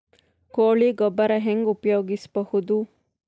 ಕೊಳಿ ಗೊಬ್ಬರ ಹೆಂಗ್ ಉಪಯೋಗಸಬಹುದು?